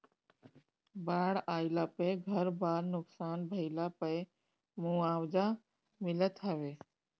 बाढ़ आईला पे घर बार नुकसान भइला पअ मुआवजा मिलत हवे